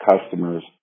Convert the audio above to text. customers